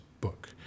book